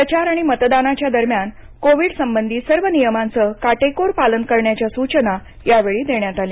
प्रचार आणि मतदानाच्या दरम्यान कोविड संबधी सर्व नियमांचं काटेकोर पालन करण्याच्या सूचना यावेळी देण्यात आल्या